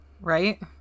Right